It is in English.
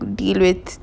be with